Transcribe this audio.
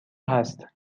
هست